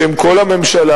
בשם כל הממשלה,